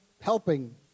helping